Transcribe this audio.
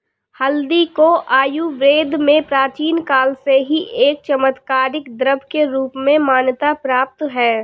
हल्दी को आयुर्वेद में प्राचीन काल से ही एक चमत्कारिक द्रव्य के रूप में मान्यता प्राप्त है